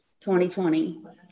2020